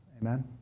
Amen